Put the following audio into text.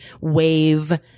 wave